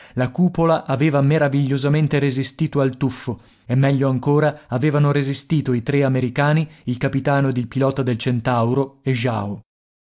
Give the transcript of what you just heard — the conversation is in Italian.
la cupola aveva meravigliosamente resistito al tuffo e meglio ancora avevano resistito i tre americani il capitano ed il pilota del centauro e jao